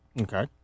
Okay